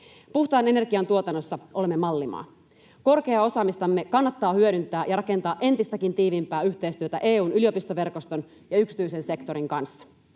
Puhtaan energian tuotannossa olemme mallimaa. Korkeaa osaamistamme kannattaa hyödyntää ja rakentaa entistäkin tiiviimpää yhteistyötä EU:n yliopistoverkoston ja yksityisen sektorin kanssa.